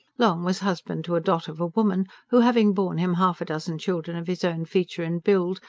long was husband to a dot of a woman who, having borne him half a dozen children of his own feature and build,